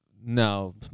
No